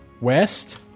west